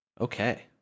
Okay